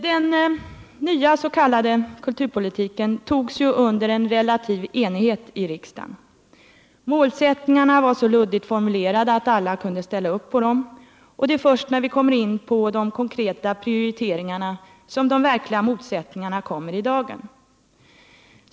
Den nya s.k. kulturpolitiken antogs ju under relativ enighet i riksdagen. Målsättningarna var så luddigt formulerade att alla kunde ställa upp bakom dem, och det är först när man kommer in på de konkreta prioriteringarna som de verkliga motsättningarna kommer i dagen.